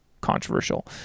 controversial